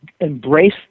embrace